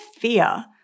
fear